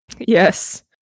Yes